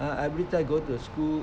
ah every time go to school